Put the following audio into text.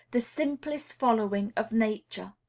the simplest following of nature.